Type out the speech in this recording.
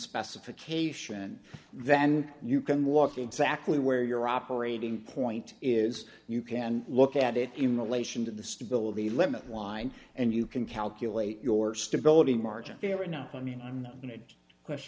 specification then you can walk exactly where your operating point is you can look at it in relation to the stability limit line and you can calculate your stability margin fair enough i mean i'm not going to